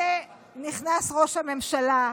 הינה נכנס ראש הממשלה,